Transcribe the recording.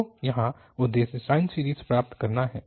तो यहाँ उद्देश्य साइन सीरीज़ प्राप्त करना है